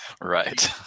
Right